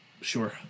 Sure